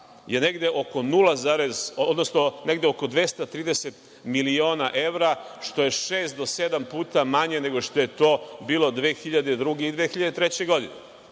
je negde oko 230 miliona evra, što je šest do sedam puta manje nego što je to bilo 2002. i 2003. godine.